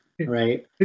right